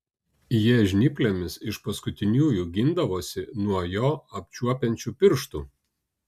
jie žnyplėmis iš paskutiniųjų gindavosi nuo jo apčiuopiančių pirštų